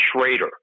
Schrader